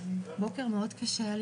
בוקר מאוד קשה לי,